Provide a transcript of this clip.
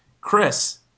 Chris